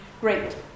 great